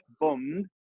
bummed